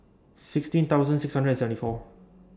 sixteen thousand six hundred and seventy four